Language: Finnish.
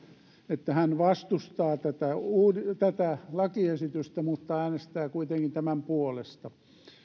että hän vastustaa tätä lakiesitystä mutta äänestää kuitenkin tämän puolesta